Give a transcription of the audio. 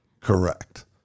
Correct